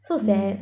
so sad